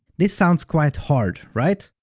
this sounds quite hard, right?